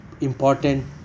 important